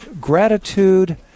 gratitude